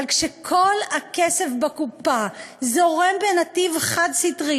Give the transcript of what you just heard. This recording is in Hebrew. אבל כשכל הכסף בקופה זורם בנתיב חד-סטרי